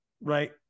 right